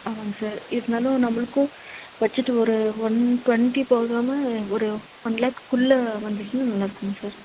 ஆமாங்க சார் இருந்தாலும் நம்மளுக்கும் வச்சிட்டு ஒரு ஒன் டுவெண்ட்டி போகாமல் ஒரு ஒன் லேக் குள்ள வந்துதுன்னால் நல்லாருக்குதுங்க சார்